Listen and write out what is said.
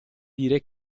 dire